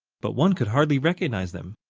but one could hardly recognize them,